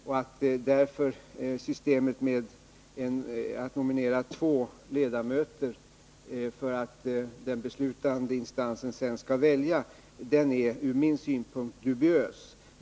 Därför är systemet med att först nominera två ledamöter för att sedan den beslutande instansen skall välja en av dem, ur min synpunkt, dubiöst.